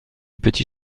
petit